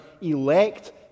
elect